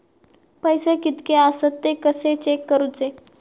पैसे कीतके आसत ते कशे चेक करूचे?